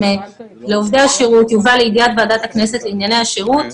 לעובדי השירות יובא לידיעת ועדת הכנסת לענייני השירות.